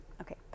okay